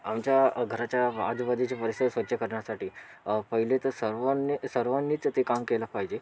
आमच्या घराच्या आजूबाजूचे परिसर स्वच्छ करण्यासाठी पहिले तर सर्वांनी सर्वांनीच ते काम केलं पाहिजे